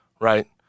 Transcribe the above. right